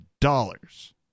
dollars